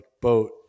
boat